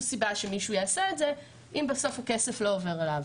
סיבה שמישהו יעשה את זה אם בסוף הכסף לא עובר אליו.